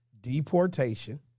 deportation